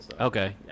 Okay